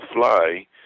fly